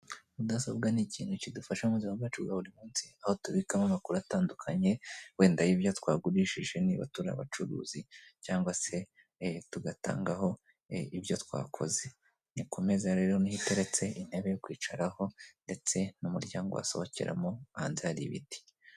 Mudasobwa ni ikintu kidufasha mu buzima bwacu bwa buri munsi, aho tubikamo amakuru atandukanye wenda y'ibyo twagurishije niba turi abacuruzi cyangwa se tugatangaho ibyo twakoze. Ni kumeza rero niho iteretse, intebe yo kwicaraho, ndetse n'umuryango basohokeramo, hanze hari ibiti.